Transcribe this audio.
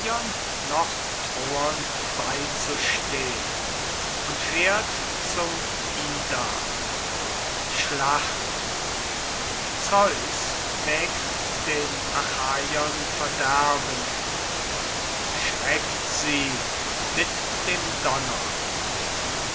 noch troern beizustehn und fährt zum ida schlacht zeus wägt den achaiern verderben und schreckt sie mit dem donner